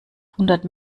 hundert